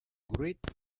wright